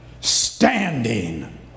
standing